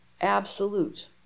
Absolute